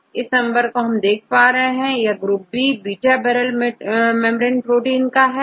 अब इस नंबर से हम यह देख पा रहे हैं कि यह group B beta barrel membrane protein का है